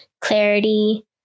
clarity